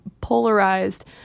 polarized